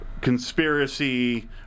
Conspiracy